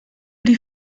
die